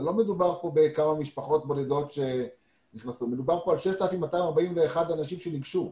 לא מדובר כאן בכמה משפחות בודדות אלא מדובר על 6,241 אנשים שניגשו,